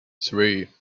three